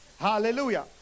hallelujah